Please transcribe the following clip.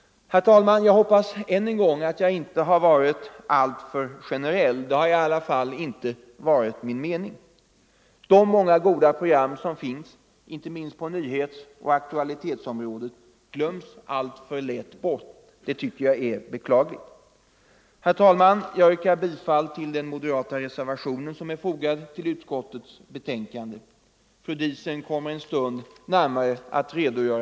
Herr talman! Jag hoppas än en gång att jag inte har varit alltför generell. Det har i alla fall inte varit min mening. De många goda program som finns, inte minst på nyhetsoch aktualitetsområdet, glöms alltför lätt bort. Det är beklagligt. Herr talman! Jag yrkar bifall till den moderata reservationen som är